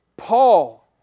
Paul